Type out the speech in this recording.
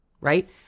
right